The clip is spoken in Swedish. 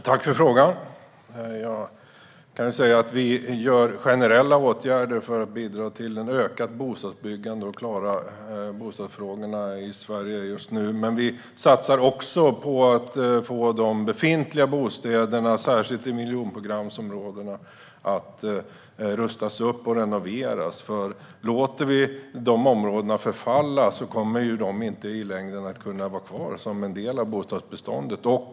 Herr talman! Tack för frågan! Vi vidtar generella åtgärder för att bidra till ett ökat bostadsbyggande och klara bostadsfrågorna i Sverige just nu. Men vi satsar också på att få de befintliga bostäderna, särskilt i miljonprogramsområdena, att rustas upp och renoveras. Låter vi de områdena förfalla kommer de ju inte i längden att kunna vara kvar som en del av bostadsbeståndet.